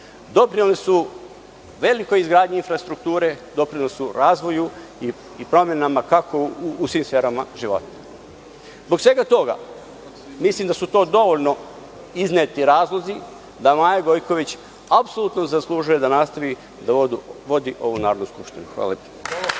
Doprineli su velikoj izgradnji infrastrukture, doprineli su razvoju i promenama u svim sferama života. Zbog svega toga, mislim da su to dovoljno izneti razlozi da Maja Gojković apsolutno zaslužuje da nastavi da vodi ovu Narodnu skupštinu. Hvala lepo.